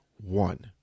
one